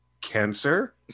cancer